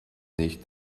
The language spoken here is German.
nicht